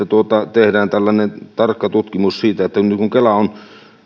tehdään tarkka tutkimus kun